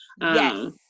Yes